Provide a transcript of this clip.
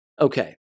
Okay